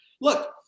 Look